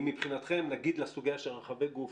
האם מבחינתכם הסוגיה של רחבי גוף,